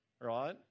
right